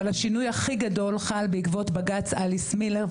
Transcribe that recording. אבל השינוי הכי גדול חל בעקבות בג"צ אליס מילר,